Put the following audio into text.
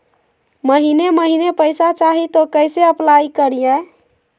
महीने महीने पैसा चाही, तो कैसे अप्लाई करिए?